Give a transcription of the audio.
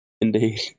indeed